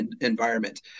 environment